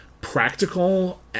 practical